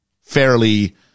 fairly